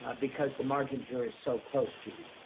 ah because the margin here is so close, judy.